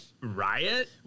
riot